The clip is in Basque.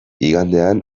igandean